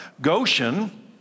Goshen